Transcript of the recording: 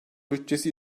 bütçesi